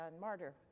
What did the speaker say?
martyr